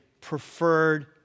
preferred